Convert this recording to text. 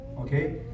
Okay